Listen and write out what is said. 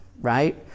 right